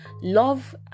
love